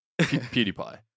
PewDiePie